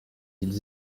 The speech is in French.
ils